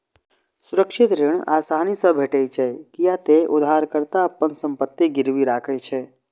सुरक्षित ऋण आसानी से भेटै छै, कियै ते उधारकर्ता अपन संपत्ति गिरवी राखै छै